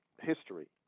history